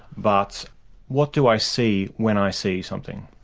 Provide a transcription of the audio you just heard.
but what do i see when i see something?